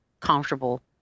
comfortable